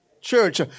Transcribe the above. church